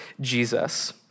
Jesus